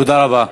תודה רבה.